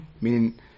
meaning